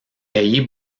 ayez